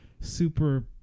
super